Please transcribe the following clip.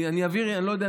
אני לא יודע,